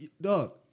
Dog